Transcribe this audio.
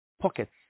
pockets